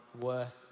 worth